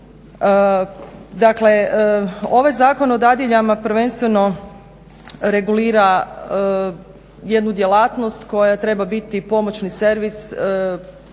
Dakle ovaj Zakon o dadiljama prvenstveno regulira jednu djelatnost koja treba biti pomoćni servis.